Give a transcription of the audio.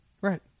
Right